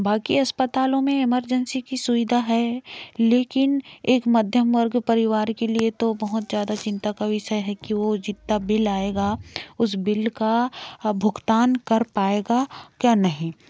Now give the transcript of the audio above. बाकि अस्पतालों में एमरजेंसी की सुविधा है लेकिन एक मध्यम वर्ग परिवार के लिए तो बहुत ज़्यादा चिंता का विषय है कि वो जितना बिल आएगा उस बिल का भुगतान कर पाएगा क्या नहीं